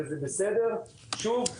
שוב,